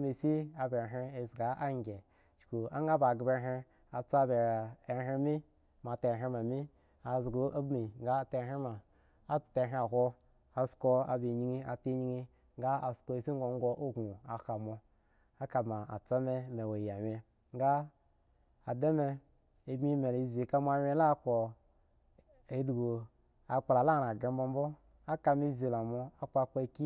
mi hi ba ahen zga aggie kuk aant ba hen a su ba ahen mi zga agyi a taa heen a zu agbi ta ghee ta ko a sko ba yin ga a ta iyino ta yin wko asu shishi gogoo shik lo a kabasa mi awa laawgen ga ada abmi zu kpa mo nugen wowo akwa khi.